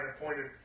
appointed